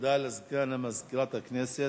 תודה לסגן מזכירת הכנסת,